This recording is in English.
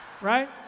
Right